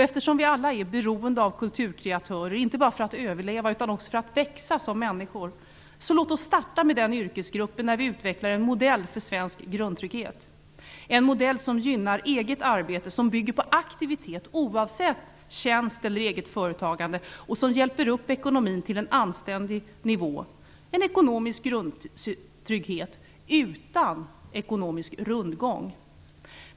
Eftersom vi alla är beroende av kulturkreatörer - inte bara för att överleva utan också för att växa som människor - så låt oss starta med den yrkesgruppen där vi utvecklar en modell för svensk grundtrygghet, en modell som gynnar eget arbete, som bygger på aktivitet oavsett tjänst eller eget företagande och som hjälper upp ekonomin till en anständig nivå - en ekonomisk grundtrygghet utan ekonomisk rundgång.